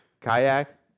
Kayak